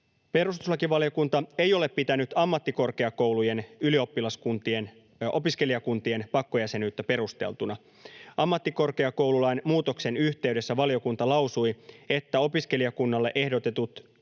Perustuslakivaliokunta ei ole pitänyt ammattikorkeakoulujen opiskelijakuntien pakkojäsenyyttä perusteltuna. Ammattikorkeakoululain muutoksen yhteydessä valiokunta lausui, että opiskelijakunnalle ehdotetut